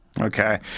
Okay